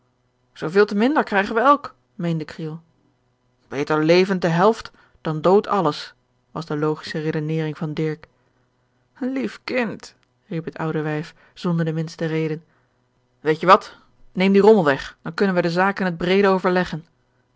zooveel te minder krijgen we elk meende kriel beter levend de helft dan dood alles was de logische redenering van dirk lief kind riep het oude wijf zonder de minste reden weet je wat neem die rommel weg dan kunnen wij de zaak in het breede overleggen